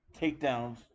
takedowns